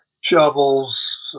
shovels